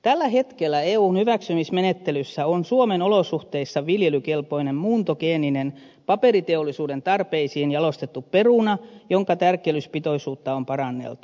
tällä hetkellä eun hyväksymismenettelyssä on suomen olosuhteissa viljelykelpoinen muuntogeeninen paperiteollisuuden tarpeisiin jalostettu peruna jonka tärkkelyspitoisuutta on paranneltu